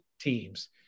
teams